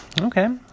Okay